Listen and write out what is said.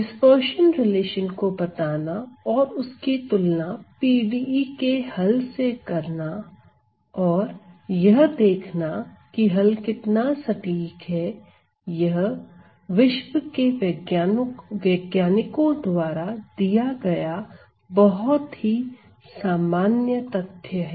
dispersion relation को बताना और उसकी तुलना PDE के हल से करना और यह देखना की हल कितना सटीक है यह विश्व के वैज्ञानिकों द्वारा दिया गया बहुत ही सामान्य तथ्य है